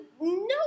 no